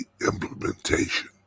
implementation